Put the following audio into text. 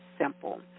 simple